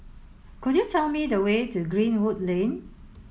could you tell me the way to Greenwood Lane